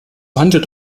handelt